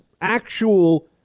actual